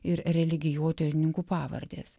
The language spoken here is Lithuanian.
ir religijotyrininkų pavardės